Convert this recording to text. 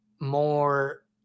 more